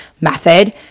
method